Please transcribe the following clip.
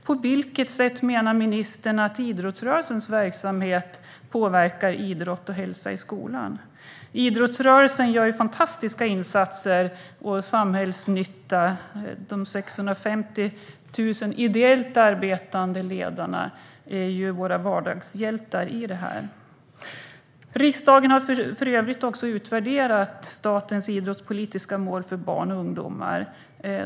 På vilket sätt menar ministern att idrottsrörelsens verksamhet påverkar idrott och hälsa i skolan? Idrottsrörelsen gör fantastiska insatser och samhällsnytta; de 650 000 ideellt arbetande ledarna är våra vardagshjältar i detta. Riksdagen har för övrigt också utvärderat statens idrottspolitiska mål för barn och ungdomar.